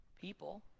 people